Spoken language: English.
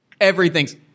everything's